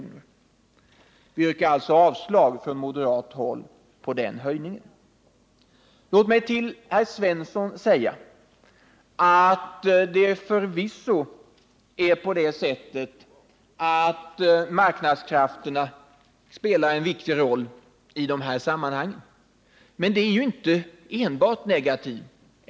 Vi moderater yrkar alltså avslag på detta Till herr Svensson vill jag säga att marknadskrafterna förvisso spelar en viktig roll i dessa sammanhang. Men detta är inte enbart någonting negativt.